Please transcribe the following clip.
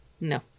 No